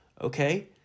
Okay